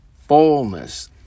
fullness